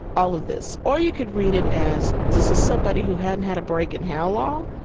all of this. or you could read it as, this is somebody who hadn't had a break in, how long?